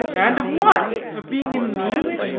and of what? of being in need?